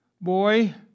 Boy